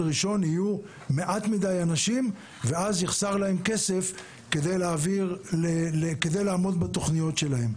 ראשון יהיו מעט מדי אנשים ואז יחסר להם כסף כדי לעמוד בתכניות שלהם.